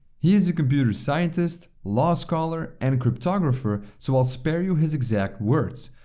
he is a computer scientist, law scholar and cryptographer so i'll spare you his exact words.